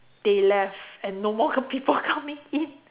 they left and no more people coming in